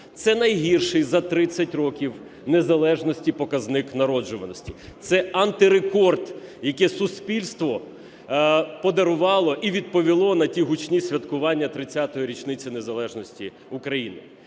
Це найгірший за 30 років незалежності показник народжуваності. Це антирекорд, який суспільство подарувало і відповіло на ті гучні святкування 30-ї річниці незалежності України.